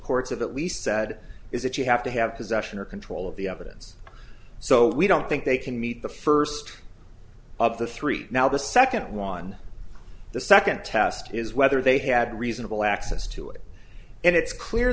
courts of that we said is that you have to have possession or control of the evidence so we don't think they can meet the first of the three now the second one the second test is whether they had reasonable access to it and it's clear